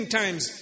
times